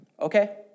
okay